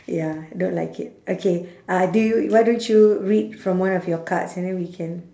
ya I don't like it okay uh do you why don't you read from one of your cards and then we can